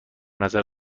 نظر